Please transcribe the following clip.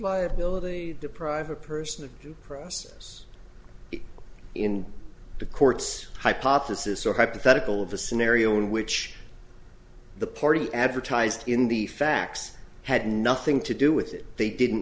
liability deprive a person of process in the courts hypothesis or hypothetical of a scenario in which the party advertised in the facts had nothing to do with it they didn't